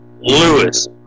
Lewis